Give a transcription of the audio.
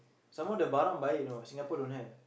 some more the barang baik you know Singapore don't have